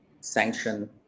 sanction